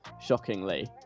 shockingly